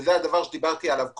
זה הדבר שדיברתי עליו קודם.